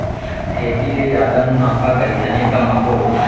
खेती ले जादा मुनाफा कइसने कमाबो?